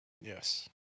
Yes